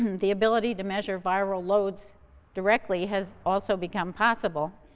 the ability to measure viral loads directly has also become possible,